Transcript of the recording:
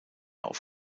auf